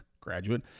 graduate